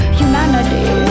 humanity